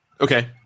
Okay